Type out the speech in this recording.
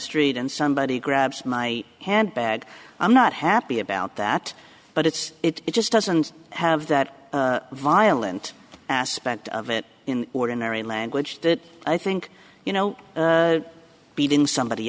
street and somebody grabs my handbag i'm not happy about that but it's it just doesn't have that violent aspect of it in ordinary language that i think you know beating somebody